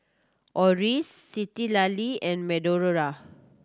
Oris Citlali and